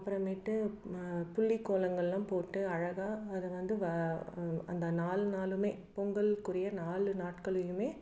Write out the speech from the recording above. அப்புறமேட்டு புள்ளி கோலங்கள்லாம் போட்டு அழகாக அதை வந்து அந்த நாலு நாளுமே பொங்கலுக்குரிய நாலு நாட்களையும்